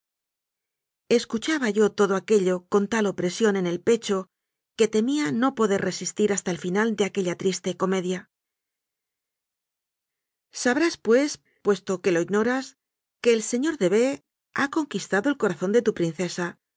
escuchaba yo todo aquello con tal opresión en el pecho que temía no poder resistir hasta el final de aquella triste comedia sabrás pues puesto que lo ignoras que el se ñor de b ha conquistado el corazón de tu